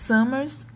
Summers